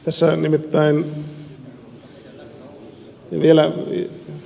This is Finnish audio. tässä nimittäin